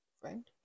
friend